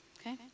Okay